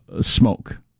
smoke